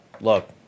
look